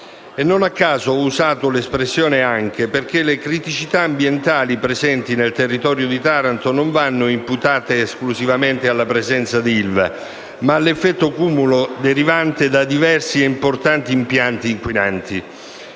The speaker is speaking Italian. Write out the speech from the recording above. e non a caso ho usato l'espressione «anche», perché le criticità ambientali presenti nel territorio di Taranto non vanno imputate esclusivamente alla presenza dell'ILVA, ma all'effetto cumulo derivante da diversi e importanti impianti inquinanti.